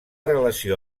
relació